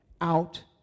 out